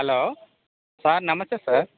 hello sir నమస్తే sir